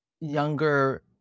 younger